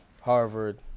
harvard